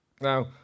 Now